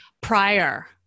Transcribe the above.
prior